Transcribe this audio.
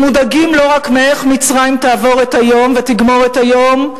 הם מודאגים לא רק מאיך מצרים תעבור את היום ותגמור את היום,